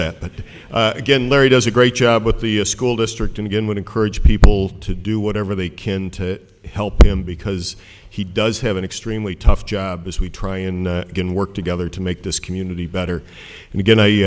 that but again larry does a great job with the school district and again would encourage people to do whatever they can to help him because he does have an extremely tough job as we try and work together to make this community better and again i